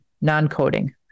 non-coding